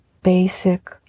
basic